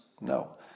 No